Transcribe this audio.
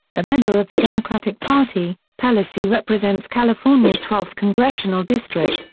a member of the democratic party, pelosi represents california's twelfth congressional district,